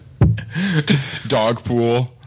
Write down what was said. Dogpool